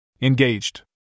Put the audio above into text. Engaged